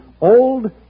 Old